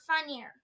funnier